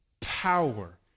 power